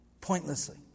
Pointlessly